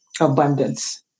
abundance